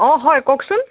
অঁ হয় কওকচোন